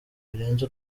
birenze